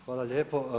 Hvala lijepo.